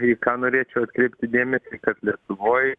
į ką norėčiau atkreipti dėmesį kad lietuvoj